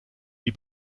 die